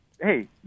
hey